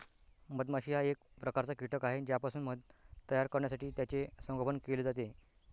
मधमाशी हा एक प्रकारचा कीटक आहे ज्यापासून मध तयार करण्यासाठी त्याचे संगोपन केले जाते